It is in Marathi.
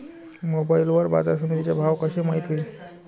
मोबाईल वर बाजारसमिती चे भाव कशे माईत होईन?